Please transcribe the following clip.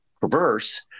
perverse